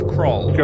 Crawl